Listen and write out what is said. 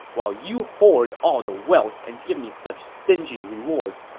while you hoard all the wealth and give me such stingy rewards!